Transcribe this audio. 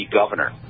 governor